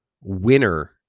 winner